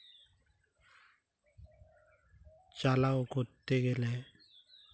ᱪᱟᱞᱟᱣ ᱠᱚᱛᱛᱮ ᱜᱮᱞᱮ